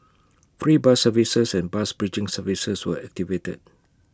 free bus services and bus bridging services were activated